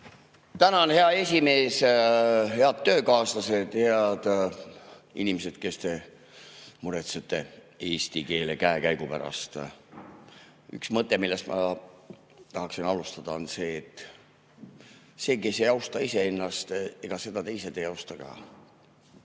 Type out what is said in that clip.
Tänan, hea esimees! Head töökaaslased ja head inimesed, kes te muretsete eesti keele käekäigu pärast! Üks mõte, millest ma tahaksin alustada, on see, et kes ei austa iseennast, ega seda teised ei austa ka.